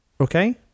Okay